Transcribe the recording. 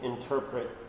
interpret